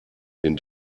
den